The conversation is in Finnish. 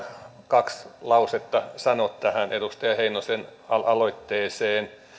kaksi lausetta sanoa tähän edustaja heinosen aloitteeseen